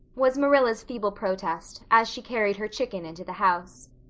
was marilla's feeble protest, as she carried her chicken into the house.